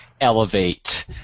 elevate